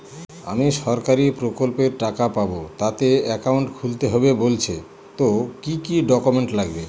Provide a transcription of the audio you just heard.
আমি সরকারি প্রকল্পের টাকা পাবো তাতে একাউন্ট খুলতে হবে বলছে তো কি কী ডকুমেন্ট লাগবে?